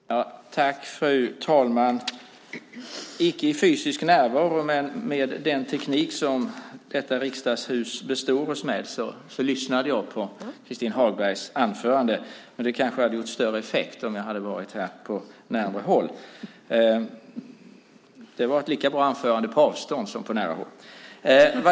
Fru talman! Jag lyssnade på Christin Hagbergs anförande, icke i fysisk närvaro men med den teknik som detta riksdagshus består oss med. Men det kanske hade gjort större effekt om jag hade varit här på närmare håll. Det var ett lika bra anförande på avstånd som på nära håll.